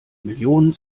millionen